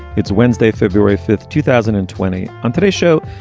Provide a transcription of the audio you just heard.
it's wednesday, february fifth, two thousand and twenty. on today's show,